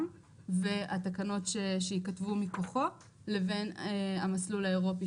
והתקנות שייכתבו מכוחו לבין המסלול האירופי,